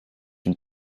une